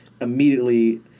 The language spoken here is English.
immediately